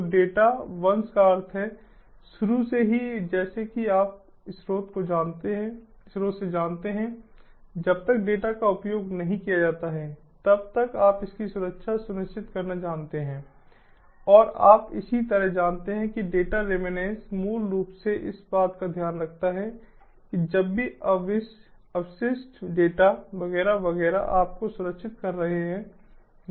तो डेटा वंश का अर्थ है शुरू से ही जैसे कि आप स्रोत से जानते हैं जब तक डेटा का उपयोग नहीं किया जाता है तब तक आप इसकी सुरक्षा सुनिश्चित करना जानते हैं और आप इसी तरह जानते हैं कि डेटा रिमैनेंस मूल रूप से इस बात का ध्यान रखता है कि जब भी अवशिष्ट डेटा वगैरह वगैरह आप को सुरक्षित कर रहे हैं